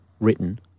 written